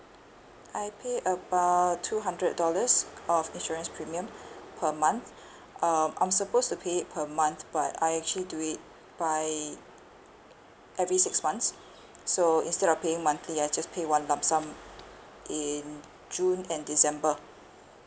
I pay about two hundred dollars of insurance premium per month um I'm supposed to pay it per month but I actually do it by every six months so instead of paying monthly I just pay one lumpsum in june and december